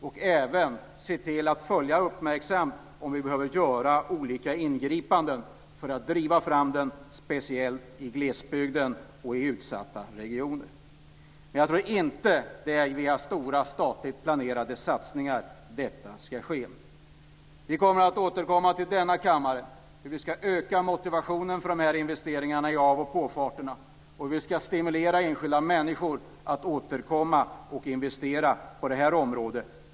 Vi ska även se till att uppmärksamt följa utvecklingen för att se om vi behöver göra olika ingripanden för att driva den speciellt i glesbygden och i utsatta regioner. Men jag tror inte att det är via stora statligt planerade satsningar som detta ska ske. Vi kommer att återkomma till kammaren med hur vi ska öka motivationen för de här investeringarna i av och påfarter och hur vi ska stimulera enskilda människor att investera på det här området.